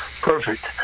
Perfect